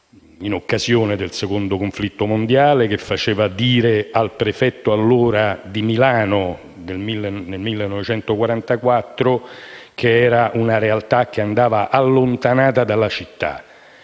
in occasione del Secondo conflitto mondiale e che faceva dire al prefetto di Milano dell'epoca, nel 1944, che era una realtà che andava allontanata dalla città.